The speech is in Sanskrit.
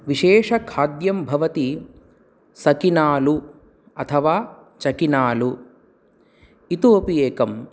विशेषखाद्यं भवति सकिनालु अथवा चकिनालु इतोऽपि एकं